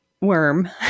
worm